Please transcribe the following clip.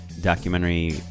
documentary